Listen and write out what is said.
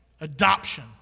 Adoption